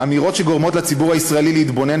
אמירות שגורמות לציבור הישראלי להתבונן